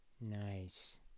Nice